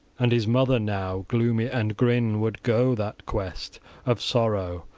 and his mother now, gloomy and grim, would go that quest of sorrow,